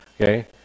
Okay